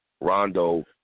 Rondo